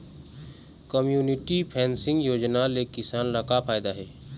Community facing योजना ले किसान ल का फायदा हे?